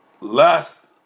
last